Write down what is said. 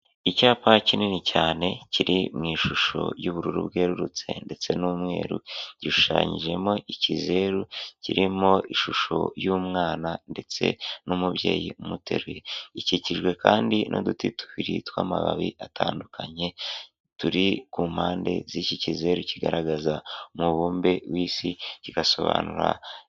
Icyapa kinini cyane kiri mu ishusho y'ubururu bwerurutse ndetse n'umweru, gishushanyijemo ikizeru kirimo ishusho y'umwana ndetse n'umubyeyi umuteruye, gikikijwe kandi n'uduti tubiri tw'amababi atandukanye turi ku mpande z'iki kizere kigaragaza umubumbe w'isi kigasobanura.